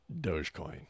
Dogecoin